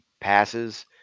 passes